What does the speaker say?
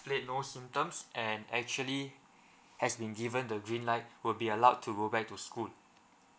displayed no symptoms and actually has been given the green light will be allowed to go back to school